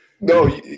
No